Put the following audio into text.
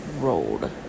Road